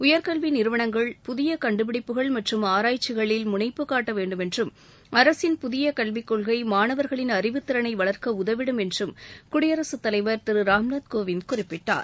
உயர்கல்வி நிறுவனங்கள் புதிய கண்டுபிடிப்புகள் மற்றம் ஆராய்ச்சிகளில் முனைப்பு காட்ட வேண்டும் என்றும் அரசின் புதிய கல்விக் கொள்கை மாணவர்களின் அறிவுத் திறனை வளர்க்க உதவிடும் என்றும் குடியரசு தலைவர் திரு ராம்நாத் கோவிந்த் குறிப்பிட்டார்